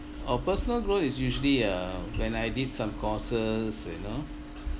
oh personal growth is usually uh when I did some courses you know